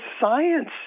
science